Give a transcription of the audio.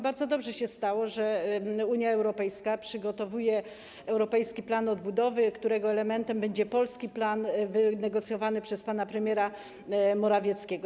Bardzo dobrze się stało, że Unia Europejska przygotowuje europejski plan odbudowy, którego elementem będzie polski plan wynegocjowany przez pana premiera Morawieckiego.